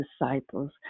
disciples